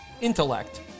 intellect